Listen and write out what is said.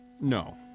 No